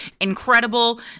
incredible